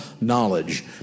knowledge